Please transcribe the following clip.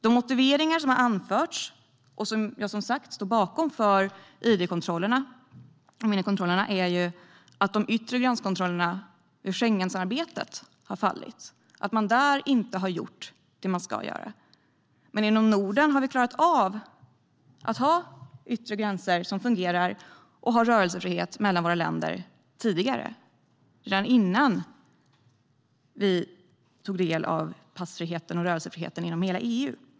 De motiveringar som har anförts för id-kontrollerna och som jag som sagt står bakom är att de yttre gränskontrollerna för Schengen har fallit. Där har man inte gjort det man ska. Men inom Norden har vi klarat av att ha fungerande yttre gränser och ha rörelsefrihet mellan våra länder tidigare, redan innan vi tog del av passfriheten och rörelsefriheten inom hela EU.